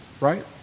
right